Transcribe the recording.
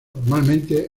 normalmente